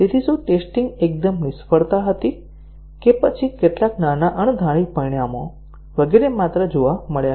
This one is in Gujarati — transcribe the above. શું ટેસ્ટીંગ એકદમ નિષ્ફળતા હતી કે પછી કેટલાક નાના અણધારી પરિણામો વગેરે માત્ર જોવા મળ્યા હતા